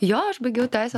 jo aš baigiau teisę